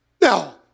Now